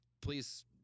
please